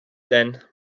then